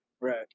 Right